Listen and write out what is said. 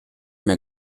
mehr